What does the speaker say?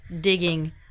digging